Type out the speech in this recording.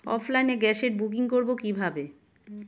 অফলাইনে গ্যাসের বুকিং করব কিভাবে?